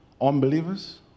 unbelievers